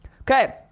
Okay